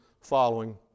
following